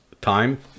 time